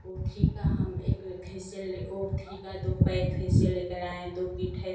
O three का हम एक फ़ेशियल ओथ्री का दो पैक फ़ेशियल लेकर आए हैं दो किट है